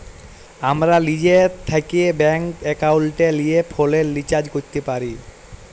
আমরা লিজে থ্যাকে ব্যাংক একাউলটে লিয়ে ফোলের রিচাজ ক্যরতে পারি